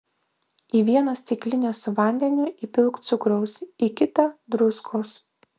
į vieną stiklinę su vandeniu įpilk cukraus į kitą druskos